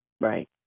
Right